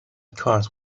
cars